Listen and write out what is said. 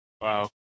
Wow